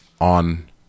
on